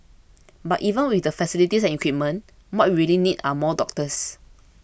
but even with the facilities and equipment what we really need are more doctors